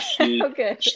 okay